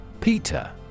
Peter